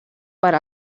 per